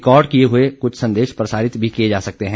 record किए हुए कुछ संदेश प्रसारित भी किए जा सकते हैं